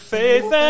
faith